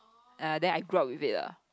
ya then I grew up with it ah